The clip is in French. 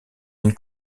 une